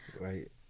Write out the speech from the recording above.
Right